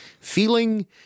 feeling